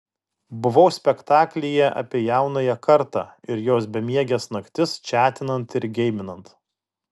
buvau spektaklyje apie jaunąją kartą ir jos bemieges naktis čatinant ir geiminant